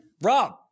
Rob